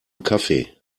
kaffee